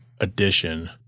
Edition